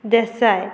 Desai